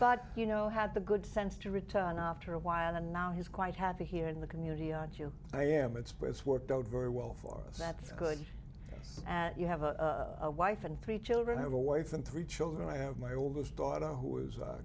but you know had the good sense to return after a while and now he's quite happy here in the community aren't you i am it's but it's worked out very well for us that's good at you have a wife and three children have a wife and three children i have my oldest daughter who is